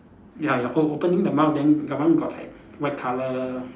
ya ya o~ opening the mouth then that one got like white colour